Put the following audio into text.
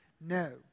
No